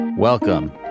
Welcome